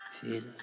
Jesus